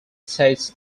states